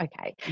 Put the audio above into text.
okay